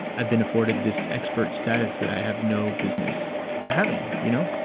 i've been afforded this expert status that i have no business having, you know.